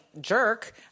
jerk